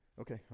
Okay